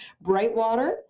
Brightwater